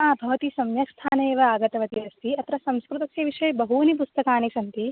आ भवती सम्यक् स्थाने एव आगतवती अस्ति अत्र संस्कृतस्य विषये बहूनि पुस्तकानि सन्ति